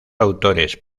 autores